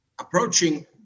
approaching